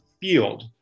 Field